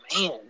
man